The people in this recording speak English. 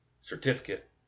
certificate